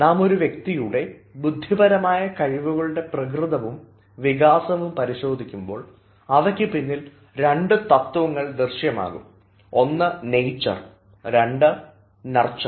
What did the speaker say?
നാം ഒരു വ്യക്തിയുടെ ബുദ്ധിപരമായ കഴിവുകളുടെ പ്രകൃതവും വികാസവും പരിശോധിക്കുമ്പോൾ അവയ്ക്ക് പിന്നിൽ രണ്ട് തത്വങ്ങൾ ദൃശ്യമാകും ഒന്ന് നെയ്ച്ചർ രണ്ട് നർച്ചർ